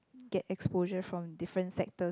get exposure from different sector